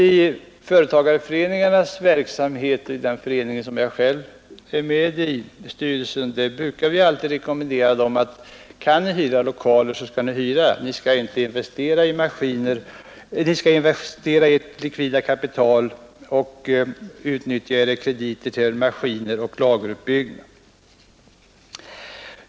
I företagarföreningarnas verksamhet, bl.a. i den förening i vilkens styrelse jag själv är ledamot, brukar vi alltid rekommendera företagarna att när så är möjligt hyra sina lokaler. De skall investera sitt likvida kapital i och utnyttja sina krediter till maskiner och lageruppbyggnad.